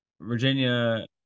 Virginia